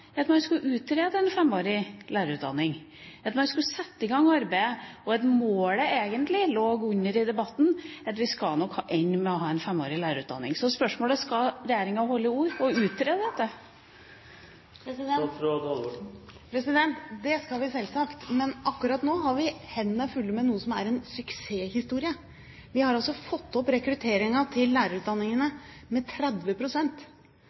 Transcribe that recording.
at man skulle utrede en femårig lærerutdanning, at man skulle sette i gang arbeidet, og målet lå egentlig under i debatten, at vi skulle ende med å ha en femårig lærerutdanning. Så spørsmålet er: Skal regjeringa holde ord og utrede dette? Det skal vi selvsagt, men akkurat nå har vi hendene fulle med noe som er en suksesshistorie. Vi har altså fått opp rekrutteringen til lærerutdanningene